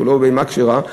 שהוא לא בהמה כשרה?